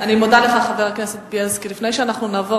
אני מודה לך, חבר הכנסת בילסקי.